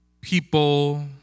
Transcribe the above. people